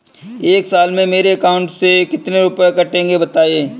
एक साल में मेरे अकाउंट से कितने रुपये कटेंगे बताएँ?